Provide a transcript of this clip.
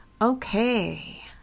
okay